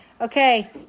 Okay